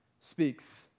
speaks